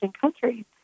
countries